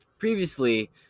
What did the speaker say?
Previously